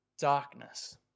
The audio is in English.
darkness